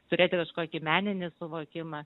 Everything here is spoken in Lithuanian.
turėti kažkokį meninį suvokimą